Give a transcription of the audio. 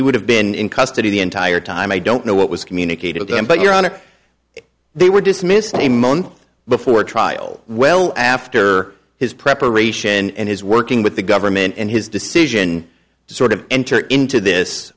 he would have been in custody the entire time i don't know what was communicated to him but you're on a they were dismissed a month before a trial well after his preparation and his working with the government and his decision to sort of enter into this